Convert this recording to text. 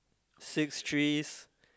six trees